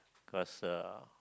cause uh